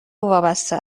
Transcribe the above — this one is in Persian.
وابسته